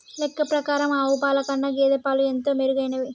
లెక్క ప్రకారం ఆవు పాల కన్నా గేదె పాలు ఎంతో మెరుగైనవి